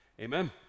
Amen